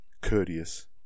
courteous